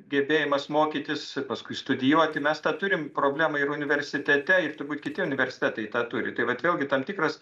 gebėjimas mokytis paskui studijuoti mes tą turim problemą ir universitete turbūt kiti universitetai tą turi tai vat vėlgi tam tikras